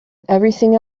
everything